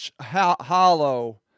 hollow